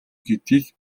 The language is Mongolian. гэдгийг